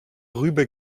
rübe